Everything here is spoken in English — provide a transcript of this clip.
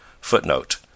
Footnote